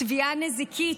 תביעה נזיקית,